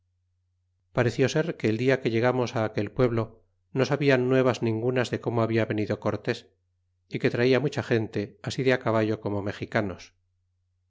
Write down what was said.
pareció ser que el dia que llegamos á aquel pueblo no sabian nuevas ningunas de como habia venido cortes y que traía mucha gente así de á caballo como mexicanos